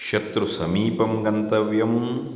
शत्रुसमीपं गन्तव्यं